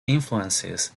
influences